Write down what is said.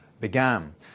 Began